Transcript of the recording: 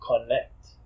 connect